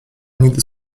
nigdy